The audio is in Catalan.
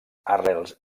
arrels